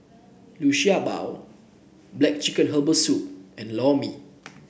Liu Sha Bao black chicken Herbal Soup and Lor Mee